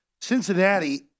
Cincinnati